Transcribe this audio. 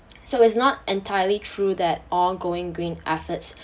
so it's not entirely true that all going green efforts